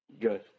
good